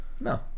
No